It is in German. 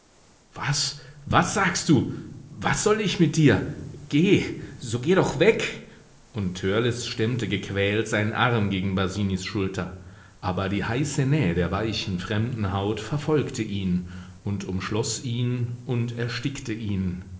was was sagst du was soll ich mit dir geh so geh doch weg und törleß stemmte gequält seinen arm gegen basinis schulter aber die heiße nähe der weichen fremden haut verfolgte ihn und umschloß ihn und erstickte ihn